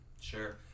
Sure